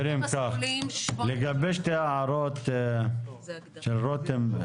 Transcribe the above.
לגבי שתי ההערות של רותם,